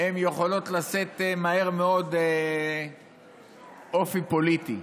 יכולות לשאת מהר מאוד אופי פוליטי.